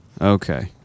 Okay